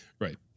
right